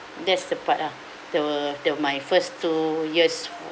that's the part ah the the my first two years for